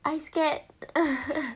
I scared